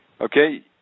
Okay